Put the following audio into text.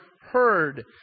heard